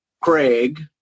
Craig